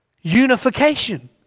Unification